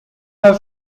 her